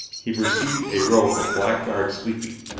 he perceived a row of black guards sleeping,